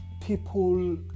people